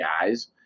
guys